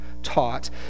taught